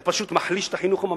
זה פשוט מחליש את החינוך הממלכתי,